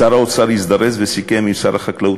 שר האוצר הזדרז וסיכם עם שר החקלאות